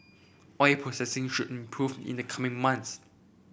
oil processing should improve in the coming months